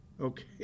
okay